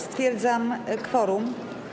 Stwierdzam kworum.